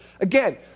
Again